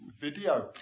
video